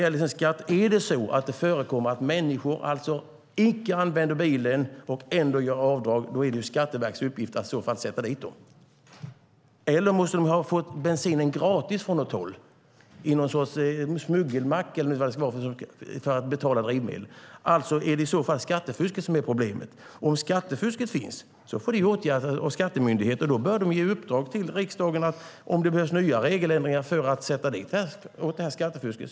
Beträffande skattefusk: Förekommer det att människor inte använder bilen och ändå gör avdrag är det Skatteverkets uppgift att i så fall sätta dit dem. Annars måste de ha fått bensinen gratis från något håll, genom någon sorts smuggelmack, för att betala drivmedel. Alltså är det skattefusket som är problemet. Om det finns skattefusk får det åtgärdas av skattemyndigheten, och då bör de säga till riksdagen om det behövs nya regeländringar för att sätta åt skattefusket.